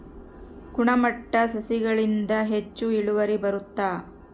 ಗುಣಮಟ್ಟ ಸಸಿಗಳಿಂದ ಹೆಚ್ಚು ಇಳುವರಿ ಬರುತ್ತಾ?